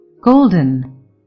golden